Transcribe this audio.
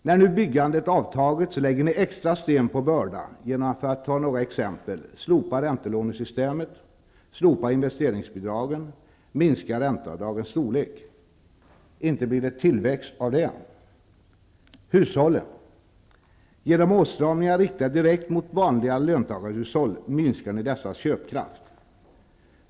När nu byggandet har avtagit lägger ni extra sten på börda genom att slopa räntelånesystemet, slopa investeringsbidraget och minska ränteavdragens storlek, för att ta några exempel. Inte blir det tillväxt av det. Genom åtstramningar riktade direkt mot vanliga löntagarhushåll minskar ni dessas köpkraft.